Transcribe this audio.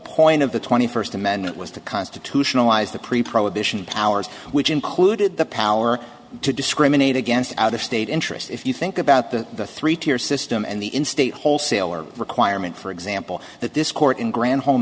point of the twenty first amendment was to constitutionalized the pre prohibition powers which included the power to discriminate against out of state interest if you think about that the three tier system and the in state wholesaler requirement for example that this court in gran